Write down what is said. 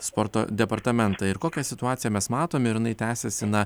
sporto departamentą ir kokią situaciją mes matom ir jinai tęsiasi na